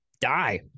die